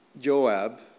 Joab